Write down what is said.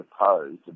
opposed